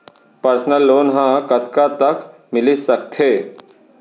Personal loan ह कतका तक मिलिस सकथे?